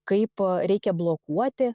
kaip reikia blokuoti